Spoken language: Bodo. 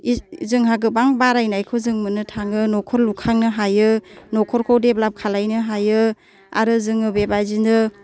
जोंहा गोबां बारायनायखौ जों मोननो थाङो न'खर लुखांनो हायो न'खरखौ देब्लाप खालायनो हायो आरो जोङो बेबादिनो